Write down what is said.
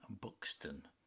Buxton